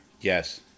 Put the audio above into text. Yes